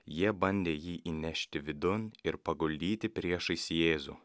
jie bandė jį įnešti vidun ir paguldyti priešais jėzų